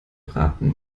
braten